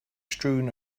strewn